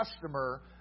customer